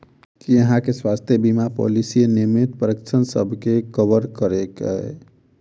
की अहाँ केँ स्वास्थ्य बीमा पॉलिसी नियमित परीक्षणसभ केँ कवर करे है?